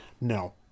No